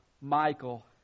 Michael